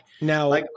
Now